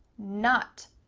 not,